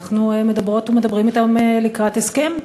אנחנו מדברות ומדברים אתם לקראת הסכם.